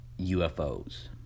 UFOs